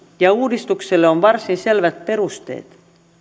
ja uudistukselle on varsin selvät perusteet